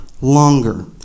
Longer